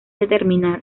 determinar